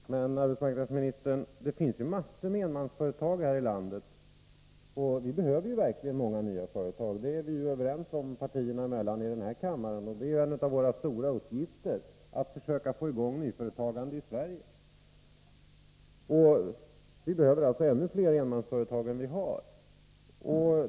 Herr talman! Men, arbetsmarknadsministern, det finns ju massor med enmansföretag här i landet, och vi behöver ju verkligen många nya företag — det är partierna överens om här i kammaren. Att försöka få i gång nyföretagande i Sverige är en av våra stora uppgifter. Vi behöver alltså ännu fler enmansföretag än dem vi har.